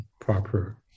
proper